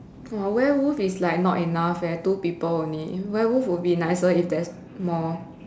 !wah! werewolf is like not enough leh two people only werewolf would be nicer if there is more